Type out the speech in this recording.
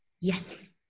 Yes